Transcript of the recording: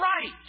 right